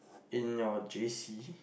in your J_C